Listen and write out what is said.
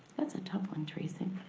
that's a tough one, tracey.